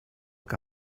que